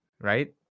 right